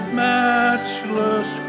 matchless